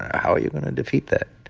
how are you going to defeat that?